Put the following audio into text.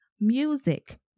music